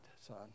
son